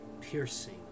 piercing